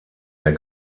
der